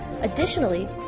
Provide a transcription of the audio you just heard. Additionally